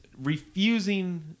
refusing